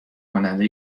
کننده